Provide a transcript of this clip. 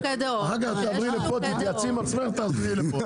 אחר כך תעברי לפה ותתייעצי עם עצמך ותחזרי לפה.